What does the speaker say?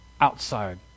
outside